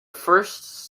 first